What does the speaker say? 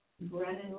Brennan